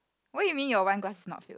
what you mean your one glass is not filled